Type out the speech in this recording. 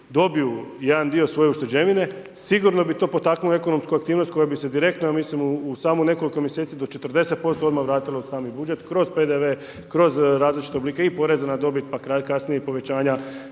dobiju jedan dio svoje ušteđevine, sigurno bi to potaknulo ekonomsku aktivnost koja bi se direktno ja mislim u samo nekoliko mjeseci do 40% odmah vratilo u sami budžet kroz PDV, kroz različite oblike i poreza na dobit, kasnije i povećanja